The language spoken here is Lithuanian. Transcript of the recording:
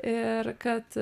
ir kad